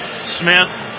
Smith